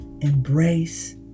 embrace